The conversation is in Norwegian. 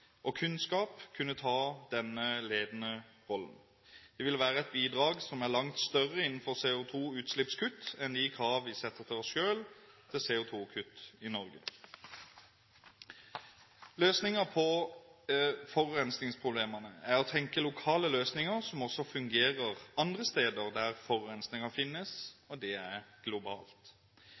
og kunnskap kunne ta denne ledende rollen. Det vil være et bidrag som er langt større innenfor CO2-utslippskutt enn de krav vi setter til oss selv til CO2-kutt i Norge. Løsningen på forurensningsproblemene er å tenke lokale løsninger som også fungerer andre steder der forurensning finnes, og det er globalt.